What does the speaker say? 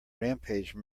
rampage